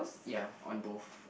ya on both